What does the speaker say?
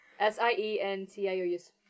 S-I-E-N-T-I-O-U-S